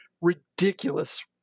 ridiculous